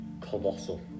Colossal